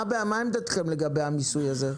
מה עמדתכם לגבי המיסוי הזה?